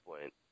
point